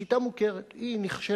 השיטה מוכרת, אך ברוב הארצות היא נכשלה.